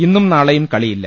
ഇന്നും നാളെയും കളിയില്ല